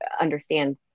understand